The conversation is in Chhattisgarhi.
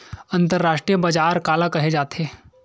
अंतरराष्ट्रीय बजार काला कहे जाथे?